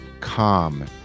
calm